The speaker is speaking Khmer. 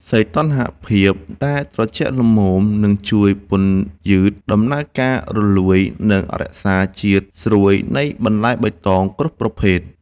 សីតុណ្ហភាពដែលត្រជាក់ល្មមនឹងជួយពន្យឺតដំណើរការរលួយ និងរក្សាជាតិស្រួយនៃបន្លែបៃតងគ្រប់ប្រភេទ។